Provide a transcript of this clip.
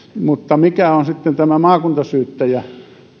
mutta mikä on sitten tämän maakuntasyyttäjän